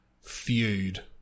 feud